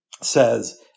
Says